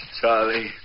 Charlie